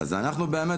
אז אני רוצה רק,